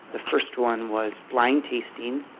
the first one was blind-tasting.